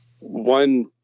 one